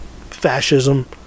fascism